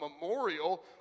memorial